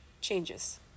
changes